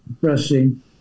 pressing